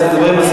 אבל מה תעני על,